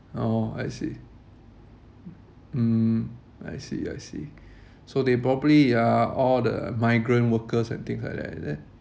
oh I see mm I see I see so they probably are all the migrant workers and things like that is it